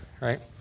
Right